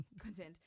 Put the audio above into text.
content